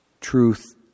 truth